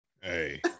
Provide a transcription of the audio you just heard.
Hey